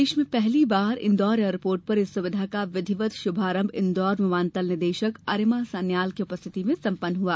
देश मे पहली बार इंदौर एयरपोर्ट पर इस सुविधा का विधिवत शुभारंभ इंदौर विमानतल निर्देशक अर्यमा सान्याल की उपस्थिति में सम्पन हुआ